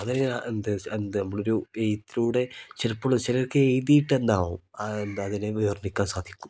എന്ത് എന്ത് നമ്മളൊരു എഴുത്തിലൂടെ ചിലപ്പം ഉള്ള ചിലർക്ക് എഴുതിയിട്ട് എന്താവും എന്താ അതിനെ വർണിക്കാൻ സാധിക്കും